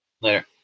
Later